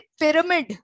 pyramid